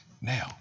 Now